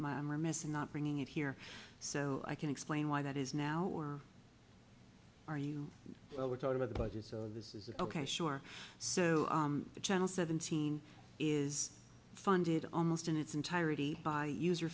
i'm remiss in not bringing it here so i can explain why that is now or are you well we're talking about the budget so this is ok sure so the channel seventeen is funded almost in its entirety by user